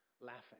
laughing